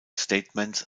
statements